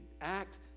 act